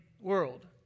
world